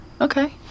Okay